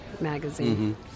magazine